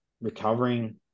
recovering